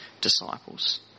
disciples